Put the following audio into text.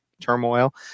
turmoil